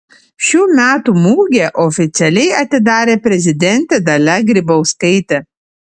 šių metų mugę oficialiai atidarė prezidentė dalia grybauskaitė